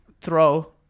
throw